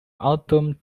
autumn